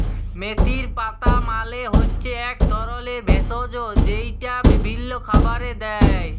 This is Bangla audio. মেথির পাতা মালে হচ্যে এক ধরলের ভেষজ যেইটা বিভিল্য খাবারে দেয়